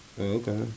Okay